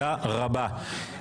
תודה רבה.